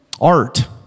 Art